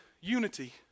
unity